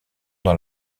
dans